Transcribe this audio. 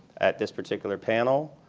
at this particular panel.